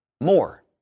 more